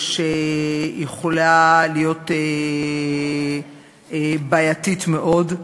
שיכולות להיות בעייתיות מאוד,